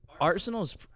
Arsenal's –